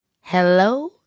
Hello